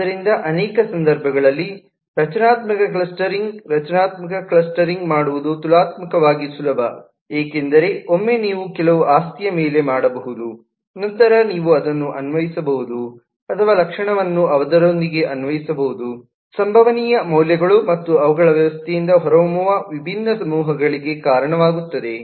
ಆದ್ದರಿಂದ ಅನೇಕ ಸಂದರ್ಭಗಳಲ್ಲಿ ರಚನಾತ್ಮಕ ಕ್ಲಸ್ಟರಿಂಗ್ ರಚನಾತ್ಮಕ ಕ್ಲಸ್ಟರಿಂಗ್ ಮಾಡುವುದು ತುಲನಾತ್ಮಕವಾಗಿ ಸುಲಭ ಏಕೆಂದರೆ ಒಮ್ಮೆ ನೀವು ಕೆಲವು ಆಸ್ತಿಯ ಮೇಲೆ ಮಾಡಬಹುದು ನಂತರ ನೀವು ಅದನ್ನು ಅನ್ವಯಿಸಬಹುದು ಅಥವಾ ಲಕ್ಷಣವನ್ನು ಅದರೊಂದಿಗೆ ಅನ್ವಯಿಸಬಹುದು ಸಂಭವನೀಯ ಮೌಲ್ಯಗಳು ಮತ್ತು ಅವು ವ್ಯವಸ್ಥೆಯಿಂದ ಹೊರಹೊಮ್ಮುವ ವಿಭಿನ್ನ ಸಮೂಹಗಳಿಗೆ ಕಾರಣವಾಗುತ್ತವೆ